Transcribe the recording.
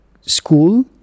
school